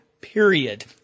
period